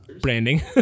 Branding